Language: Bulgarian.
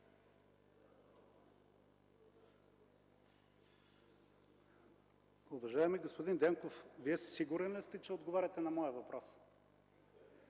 Уважаеми господин Дянков, Вие сигурен ли сте, че отговаряте на моя въпрос?